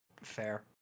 Fair